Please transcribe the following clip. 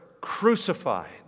crucified